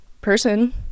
person